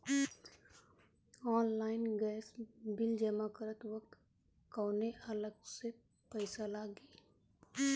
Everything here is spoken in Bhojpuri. ऑनलाइन गैस बिल जमा करत वक्त कौने अलग से पईसा लागी?